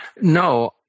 No